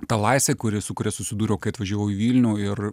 ta laisvė kuri su kuria susidūriau kai atvažiavau į vilnių ir